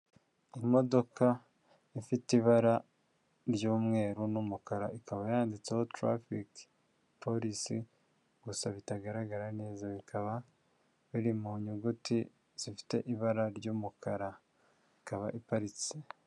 Imodoka ifite ibara ry'umweru n'umukara ikaba yanditseho tarafiki polisi gusa bitagaragara neza, bikaba biri mu nyuguti zifite ibara ry'umukara ikaba iparitse.